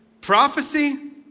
prophecy